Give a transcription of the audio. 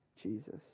Jesus